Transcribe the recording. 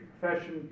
Profession